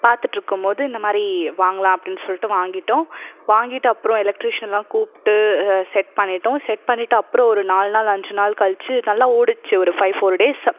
பார்த்துட்டுருக்கம்போது இந்த மாதிரி வாங்கலாம் அப்படின்னு சொல்லிட்டு வாங்கிவிட்டோம் வாங்கிகிட்டு அப்புறோம் எலக்ட்ரிஸன்லாம் கூப்பிட்டு செட் பண்ணிட்டோம் செட் பண்ணிவிட்டு அப்புறோம் ஒரு நால் நாள் அஞ்சு நாள் கழிச்சு நல்லா ஓடிச்சி ஒரு ஃபைவ் ஃபோர் டேஸ்